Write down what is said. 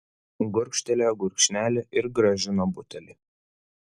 gurkštelėjo gurkšnelį ir grąžino butelį